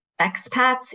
expats